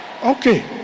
Okay